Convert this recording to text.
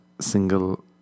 single